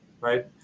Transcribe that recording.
Right